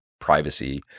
privacy